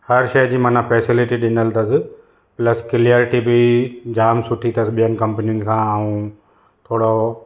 हर शइ जी मना फैसिलिटी ॾिनल अथसि प्लस क्लीऐरिटी जाम सुठी अथसि ॿियनि कंपनीनि खां ऐं थोरो